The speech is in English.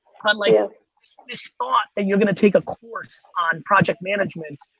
unlike this thought that you're gonna take a course on project management,